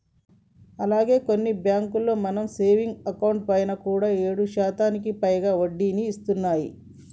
అలాగే కొన్ని బ్యాంకులు మన సేవింగ్స్ అకౌంట్ పైన కూడా ఏడు శాతానికి పైగా వడ్డీని ఇస్తున్నాయి